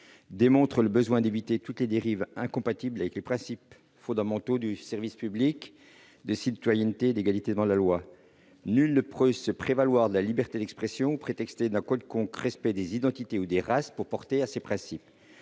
démontre le besoin d'éviter toutes les dérives incompatibles avec les principes fondamentaux du service public, de citoyenneté et d'égalité devant la loi. Nul ne peut se prévaloir de la liberté d'expression ou prétexter d'un quelconque respect des identités ou des races pour porter atteinte à ces principes.